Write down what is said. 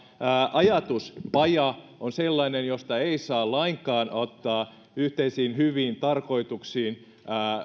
ajatuspaja on sellainen josta ei saa lainkaan ottaa yhteisiin hyviin tarkoituksiin